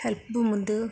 हेल्पबो मोन्दों